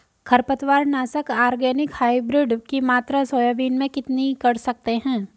खरपतवार नाशक organic hybrid की मात्रा सोयाबीन में कितनी कर सकते हैं?